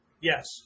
Yes